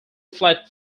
flat